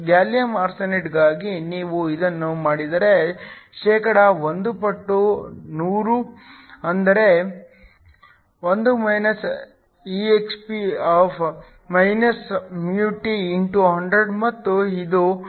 gallium ಆರ್ಸೆನೈಡ್ಗಾಗಿ ನೀವು ಇದನ್ನು ಮಾಡಿದರೆ ಶೇಕಡಾವಾರು 1 ಪಟ್ಟು 100 ಅಂದರೆ 1 exp μtx100 ಮತ್ತು ಇದು 99